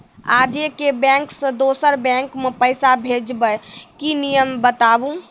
आजे के बैंक से दोसर बैंक मे पैसा भेज ब की नियम या बताबू?